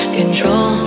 control